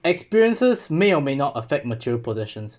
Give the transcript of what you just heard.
experiences may or may not affect material possessions